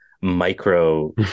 micro